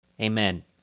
Amen